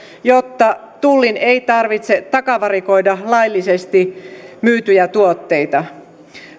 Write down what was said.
jotta tullin ei tarvitse takavarikoida laillisesti myytyjä tuotteita